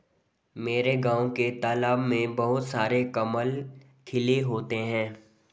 मेरे गांव के तालाब में बहुत सारे कमल खिले होते हैं